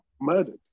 murdered